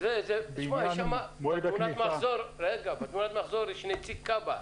בעניין מועד כניסה לתוקף,